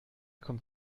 kommt